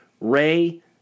Ray